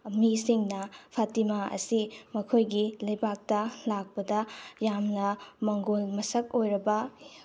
ꯃꯤꯁꯤꯡꯅ ꯐꯇꯤꯃꯥ ꯑꯁꯤ ꯃꯈꯣꯏꯒꯤ ꯂꯩꯕꯥꯛꯇ ꯂꯥꯛꯄꯗ ꯌꯥꯝꯅ ꯃꯪꯒꯣꯜ ꯃꯁꯛ ꯑꯣꯏꯔꯕ